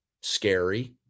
scary